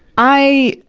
i,